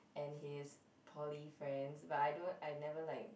and his poly friends but I don't I never like